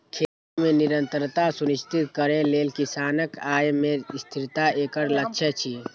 खेती मे निरंतरता सुनिश्चित करै लेल किसानक आय मे स्थिरता एकर लक्ष्य छियै